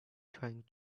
trying